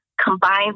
Combine